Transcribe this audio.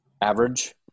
Average